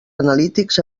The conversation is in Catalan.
analítics